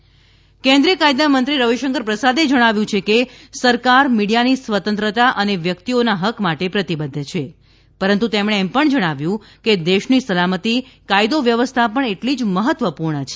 રવિશંકર પ્રસાદ કેન્દ્રિય કાયદામંત્રી રવિશંકર પ્રસાદે જણાવ્યું છે કે સરકાર મીડિયાની સ્વતંત્રતા અને વ્યકિતઓના હક માટે પ્રતિબધ્ધ છે પરંતુ તેમણે એમ પણ જણાવ્યું કે દેશની સલામતી કાયદો વ્યવસ્થા પણ એટલી જ મહત્વપૂર્ણ છે